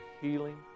healing